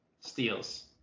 steals